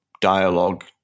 dialogue